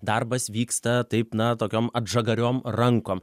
darbas vyksta taip na tokiom atžagariom rankom